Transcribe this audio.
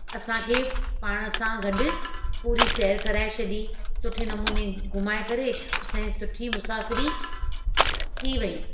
असांखे पाण सां गॾु पूरी सैर कराए छॾी सुठे नमूने घुमाए करे असांजी सुठी मुसाफ़िरी थी वेई